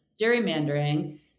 gerrymandering